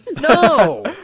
No